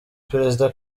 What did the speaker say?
perezida